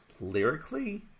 lyrically